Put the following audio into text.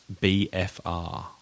BFR